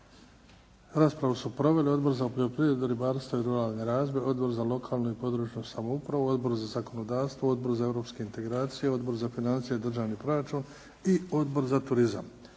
Raspravu su proveli Odbor za poljoprivredu, ribarstvo i ruralni razvoj, Odbor za lokalnu i područnu samoupravu, Odbor za zakonodavstvo, Odbor za europske integracije, Odbor za financije i državni proračun i Odbor za turizam.